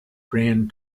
grand